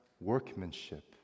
workmanship